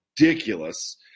ridiculous